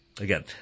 Again